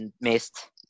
missed